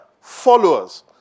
followers